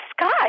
sky